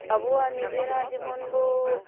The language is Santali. ᱟᱵᱚᱣᱟᱜ ᱱᱤᱡᱮᱨᱟᱜ ᱡᱮᱢᱚᱱ ᱵᱚ